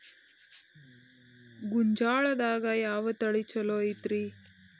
ಗೊಂಜಾಳದಾಗ ಯಾವ ತಳಿ ಛಲೋ ಐತ್ರಿ?